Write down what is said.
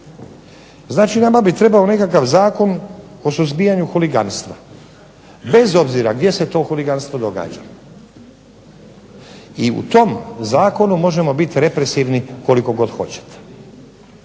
Znači, nama bi trebao nekakav Zakon o suzbijanju huliganstva bez obzira gdje se to huliganstvo događa. I u tom zakonu možemo biti represivni koliko god hoćete.